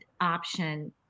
option